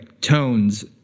tones